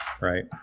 right